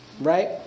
right